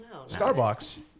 Starbucks